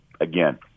again